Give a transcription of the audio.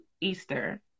Easter